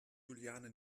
juliane